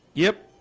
yep